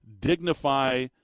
dignify